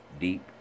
Deep